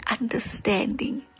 understanding